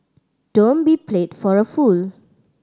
don't be played for a fool